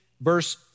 verse